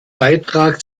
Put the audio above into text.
beitrag